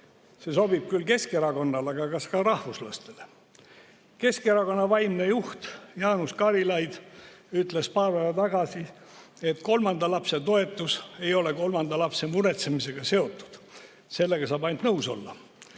See sobib küll Keskerakonnale, aga kas ka rahvuslastele? Keskerakonna vaimne juht Jaanus Karilaid ütles paar päeva tagasi, et kolmanda lapse toetus ei ole kolmanda lapse muretsemisega seotud. Sellega saab ainult nõus olla.